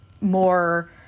more